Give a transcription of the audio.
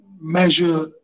measure